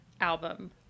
album